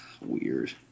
weird